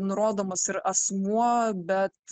nurodomas ir asmuo bet